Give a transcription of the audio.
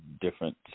different